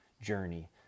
journey